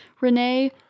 Renee